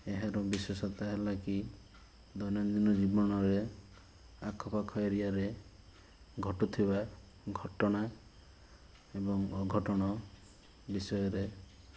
ଏହାର ବିଶେଷତା ହେଲା କି ଦୈନନ୍ଦିନ ଜୀବନରେ ଆଖ ପାଖ ଏରିଆରେ ଘଟୁଥିବା ଘଟଣା ଏବଂ ଅଘଟଣ ବିଷୟରେ